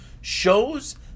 shows